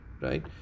right